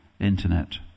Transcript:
internet